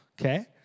okay